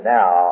now